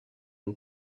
une